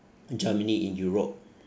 germany in europe